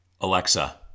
Alexa